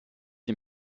dem